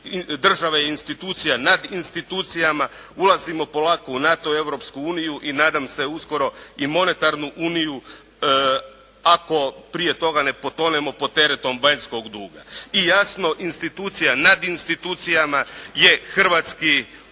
države je institucija nad institucijama. Ulazimo polako u NATO i Europsku uniju i nadam se uskoro i Monetarnu uniju ako prije toga ne potonemo pod teretom vanjskog duga. I jasno institucija nad institucijama je hrvatski